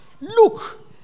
Look